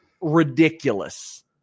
Ridiculous